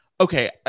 Okay